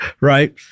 right